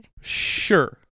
sure